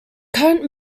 current